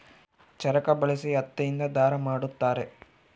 ಚರಕ ಬಳಸಿ ಹತ್ತಿ ಇಂದ ದಾರ ಮಾಡುತ್ತಾರೆ